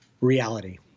reality